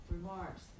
remarks